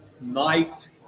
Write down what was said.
night